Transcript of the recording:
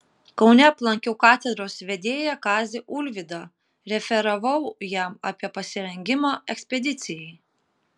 kaune aplankiau katedros vedėją kazį ulvydą referavau jam apie pasirengimą ekspedicijai